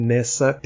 Nessa